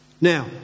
Now